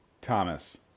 Thomas